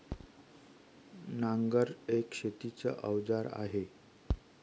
नांगर एक शेतीच अवजार आहे